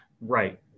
Right